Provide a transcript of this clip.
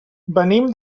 venim